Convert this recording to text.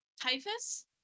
typhus